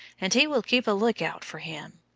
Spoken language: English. and he will keep a look-out for him.